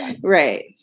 Right